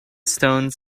stones